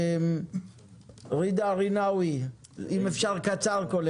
ג'ידא רינאווי, בבקשה.